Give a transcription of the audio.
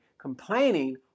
Complaining